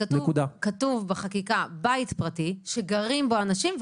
כתוב בחקיקה בית פרטי שגרים בו אנשים,